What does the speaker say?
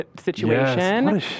situation